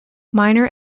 minor